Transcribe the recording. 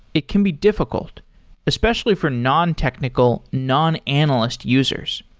it can be difficult especially for nontechnical, non-analyst users.